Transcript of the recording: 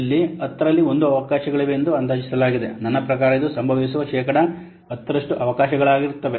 ಇಲ್ಲಿ10 ರಲ್ಲಿ 1 ಅವಕಾಶಗಳಿವೆ ಎಂದು ಅದು ಅಂದಾಜಿಸಲಾಗಿದೆ ನನ್ನ ಪ್ರಕಾರ ಇದು ಸಂಭವಿಸುವ ಶೇಕಡಾ 10 ರಷ್ಟು ಅವಕಾಶಗಳಾಗಿರುತ್ತವೆ